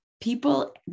people